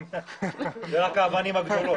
אלו רק האבנים הגדולות.